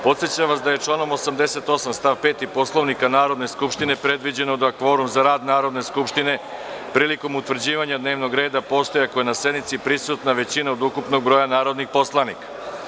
Podsećam vas da je članom 88. stav 5. Poslovnika Narodne skupštine predviđeno da kvorum za rad Narodne skupštine prilikom utvrđivanje dnevnog reda postoji ako je na sednici prisutna većina od ukupnog broja narodnih poslanika.